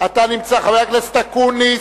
חבר הכנסת אקוניס,